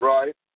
Right